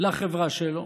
לחברה שלו